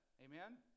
Amen